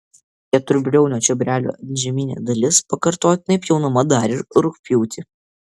keturbriaunio čiobrelio antžeminė dalis pakartotinai pjaunama dar ir rugpjūtį